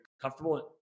comfortable